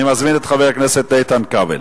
אני מזמין את חבר הכנסת איתן כבל.